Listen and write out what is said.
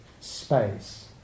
space